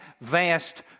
vast